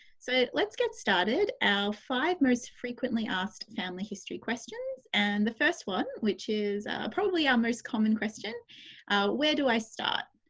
so, let's get started. our five most frequently asked family history questions and the first one, which is probably our ah most common question where do i start?